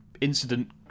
incident